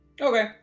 Okay